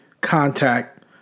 contact